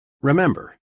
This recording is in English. remember